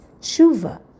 tshuva